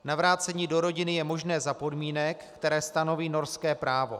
Navrácení do rodiny je možné za podmínek, které stanoví norské právo.